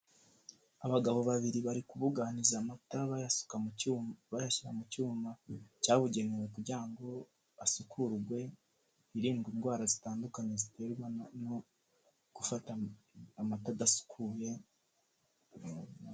Aka ni agace gatuwe nk'uko bigaragazwa n'ibipangu bihari, hateye ipoto ririho insinga z'imikara kandi iri poto biragaragara ko rikwirakwiza umuriro w'amashanyarazi muri aka gace aha turahabona amapave aho iri poto rishinze, hari n'ibiti hakurya ndetse hari n'amabuye akikije izi ngo.